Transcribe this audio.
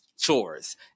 Chores